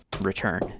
return